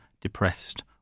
depressed